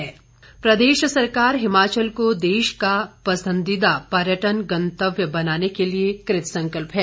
मुख्य सचिव प्रदेश सरकार हिमाचल को देश का पसंदीदा पर्यटन गंतव्य बनाने के लिए कृतसंकल्प है